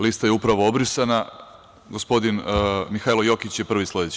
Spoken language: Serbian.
Lista je upravo obrisana, gospodin Mihailo Jokić je prvi sledeći.